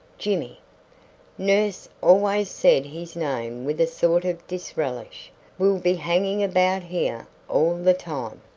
jimmy nurse always said his name with a sort of disrelish will be hanging about here all the time.